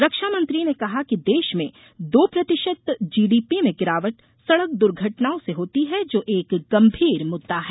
रक्षा मंत्री ने कहा कि देश में दो प्रतिशत जीडीपी में गिरावट सड़क द्र्घटनाओं से होती है जो एक गंभीर मुददा है